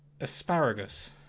asparagus